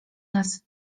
nas